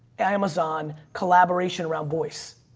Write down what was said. amazon collaboration around voice.